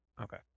Okay